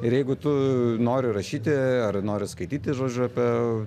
ir jeigu tu nori rašyti ar nori skaityti žodžiu apie